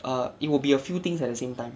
err it will be a few things at the same time